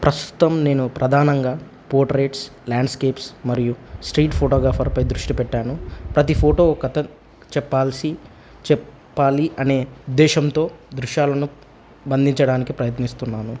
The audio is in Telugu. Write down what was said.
ప్రస్తుతం నేను ప్రధానంగా పోర్ట్రేట్స్ ల్యాండ్స్కేప్స్ మరియు స్ట్రీట్ ఫోటోగ్రాఫర్పై దృష్టి పెట్టాను ప్రతి ఫోటో కథ చెప్పాల్సి చెప్పాలి అనే ఉద్దేశంతో దృశ్యాలను బందించడానికి ప్రయత్నిస్తున్నాను